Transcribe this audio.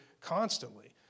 constantly